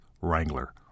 Wrangler